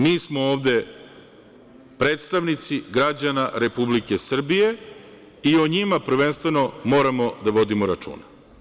Mi smo ovde predstavnici građana Republike Srbije i o njima prvenstveno moramo da vodimo računa.